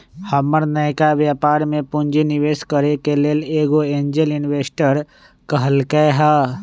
हमर नयका व्यापर में पूंजी निवेश करेके लेल एगो एंजेल इंवेस्टर कहलकै ह